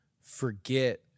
forget